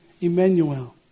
Emmanuel